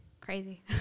crazy